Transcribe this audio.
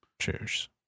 Cheers